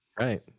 right